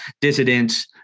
dissidents